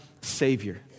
Savior